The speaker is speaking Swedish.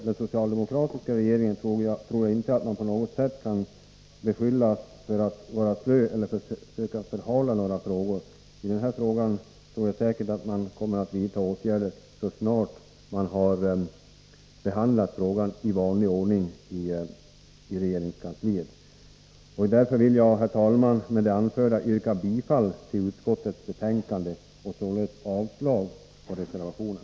Den socialdemokratiska regeringen tror jag inte på något sätt kan beskyllas för att vara slö eller försöka förhala några frågor. I den här frågan tror jag säkert att regeringen kommer att vidta åtgärder så snart den har behandlat frågan i vanlig ordning i regeringskansliet. Jag vill därför, herr talman, med det anförda yrka bifall till utskottets hemställan och således avslag på reservationen.